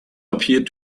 appeared